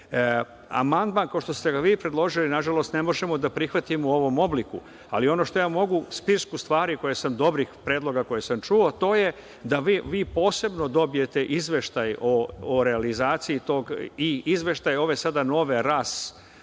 govori. Amandman kao što ste ga vi predložili nažalost ne možemo da prihvatimo u ovom obliku, ali ono što ja mogu, spisku stvari koje sam čuo, dobrih predloga koje sam čuo, a to je da vi posebno dobijete izveštaj o realizaciji toga, kao i izveštaj ove sada nove